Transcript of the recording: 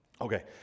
okay